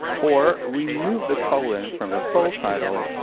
or remove the colon from the full title,